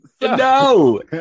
No